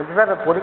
বলছি স্যার